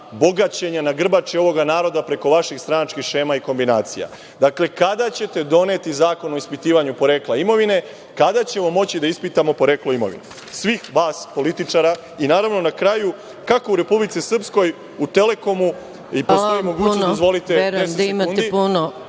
bogaćenje na grbači ovog naroda preko vaših stranačkih šema i kombinacija. Dakle, kada ćete doneti zakon o ispitivanju porekla imovine? Kada ćemo moći da ispitamo poreklo imovine svih vas političara? Na kraju, kako u Republici Srpskoj u „Telekomu“ postoji mogućnost… **Maja